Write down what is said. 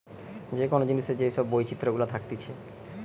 যে কোন জিনিসের যে সব বৈচিত্র গুলা থাকতিছে